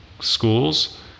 schools